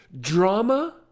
drama